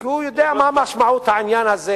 כי הוא יודע מה משמעות העניין הזה,